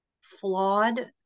flawed